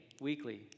weekly